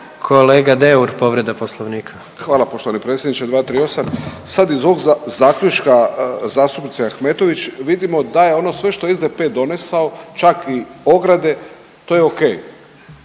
Kolega Deur, povreda Poslovnika. **Deur, Ante (HDZ)** Hvala poštovani predsjedniče. 238, sad iz ovog zaključka zastupnice Ahmetović vidimo da je ono sve što je SDP donesao, čak i ograde, to je okej.